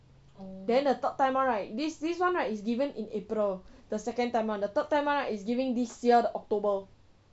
then the third time [one] right this this one right is given in april the second time [one] the third time [one] right is giving this year the october